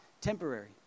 temporary